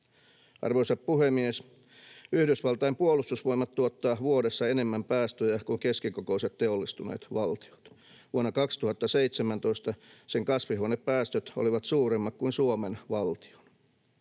Arvoisa puhemies! Yhdysvaltain puolustusvoimat tuottaa vuodessa enemmän päästöjä kuin keskikokoiset teollistuneet valtiot. Vuonna 2017 sen kasvihuonekaasupäästöt olivat suuremmat kuin Suomen valtion.